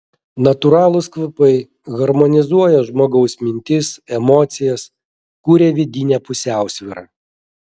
natūralūs kvapai harmonizuoja žmogaus mintis emocijas kuria vidinę pusiausvyrą